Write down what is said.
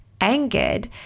angered